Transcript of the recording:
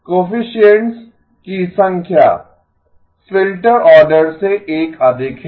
coefficients की संख्या filter order से एक अधिक है